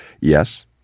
yes